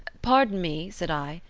pardon me said i,